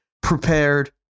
prepared